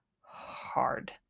hard